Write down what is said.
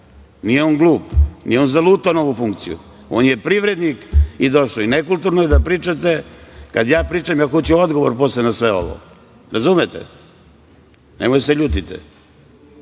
nije on glup, nije on zalutao na ovu funkciju, on je privrednik i došao je i nekulturno je da pričate kad ja priča. Kakav će biti odgovor posle na sve ovo. Razumete? Nemojte da se ljutite. Ne